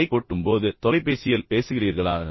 bike ஓட்டும்போது தொலைபேசியில் பேசுகிறீர்களா